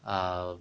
err